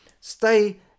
stay